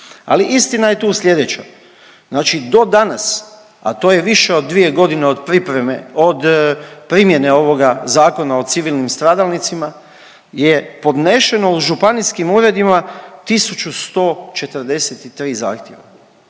Ali istina je tu sljedeća. Znači do danas a to je više od dvije godine od pripreme, od primjene ovoga Zakona o civilnim stradalnicima je podneseno u županijskim uredima tisuću 143 zahtjeva.